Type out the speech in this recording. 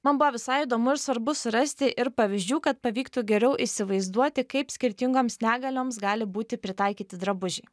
man buvo visai įdomu ir svarbu surasti ir pavyzdžių kad pavyktų geriau įsivaizduoti kaip skirtingoms negalioms gali būti pritaikyti drabužiai